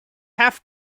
half